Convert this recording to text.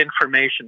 information